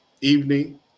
evening